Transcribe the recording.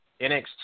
NXT